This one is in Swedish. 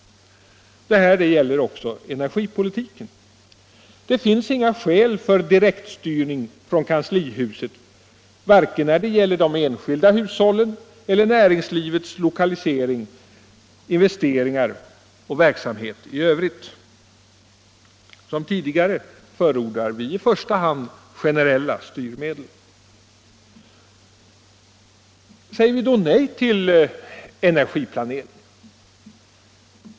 Det här gäller också energipolitiken. Det finns inga skäl för direktstyrning från kanslihuset, vare sig när det gäller de enskilda hushållen eller näringslivets lokalisering, investeringar och verksamhet i övrigt. Som tidigare förordar vi i första hand generella styrmedel. Säger vi då nej till energiplaneringen?